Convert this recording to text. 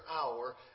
hour